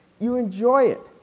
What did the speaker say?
you enjoy it.